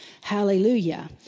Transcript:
Hallelujah